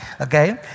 Okay